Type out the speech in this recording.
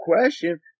question